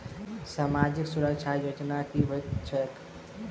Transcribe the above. सामाजिक सुरक्षा योजना की होइत छैक?